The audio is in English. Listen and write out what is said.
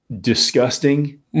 disgusting